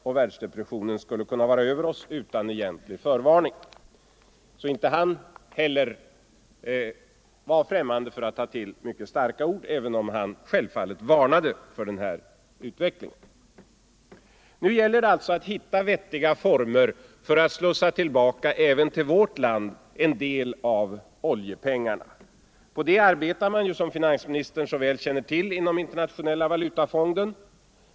Och världsdepressionen skulle vara över oss utan egentlig förvarning.” Inte heller han var alltså främmande för att ta till mycket starka ord, även om han självfallet varnade för denna utveckling. Nu gäller det alltså att hitta vettiga former för att även till vårt land slussa tillbaka en del av oljepengarna. På det arbetar man nu, som finansministern så väl känner till, inom internationella valutafonden.